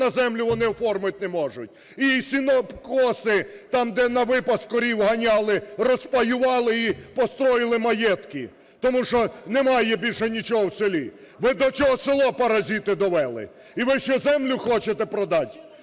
на землю вони оформити не можуть. І сінокоси там, де на випас корів ганяли, розпаювали і построїли маєтки, тому що немає більше нічого в селі. Ви до чого село, паразити, довели?! І ви ще землю хочете продати?